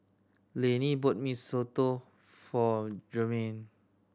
Layne bought Mee Soto for Jermaine